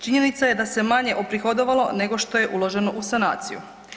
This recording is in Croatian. Činjenica je da se manje uprihodovalo nego što je uloženo u sanaciju.